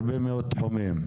בהרבה מאוד תחומים.